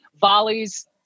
volleys